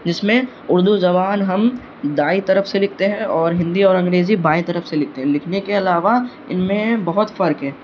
جس میں اردو زبان ہم دائیں طرف سے لکھتے ہیں اور ہندی اور انگریزی بائیں طرف سے لکھتے ہیں لکھنے کے علاوہ ان میں بہت فرق ہے